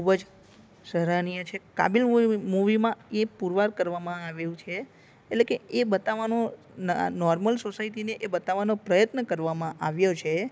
ખૂબ જ સરાહનીય છે કાબીલ મુવી મુવીમાં એ પુરવાર કરવામાં આવ્યું છે એટલે કે એ બતાવવાનો ન નોર્મલ સોસાયટીને એ બતાવવાનો પ્રયત્ન કરવામાં આવ્યો છે